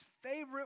favorite